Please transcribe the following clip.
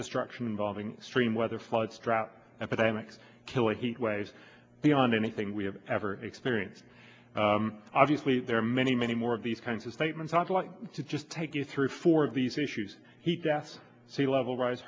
destruction involving stream weather floods drought epidemics killing heat waves beyond anything we have ever experienced obviously there are many many more of these kinds of statements i'd like to just take you through four of these issues heat death sea level rise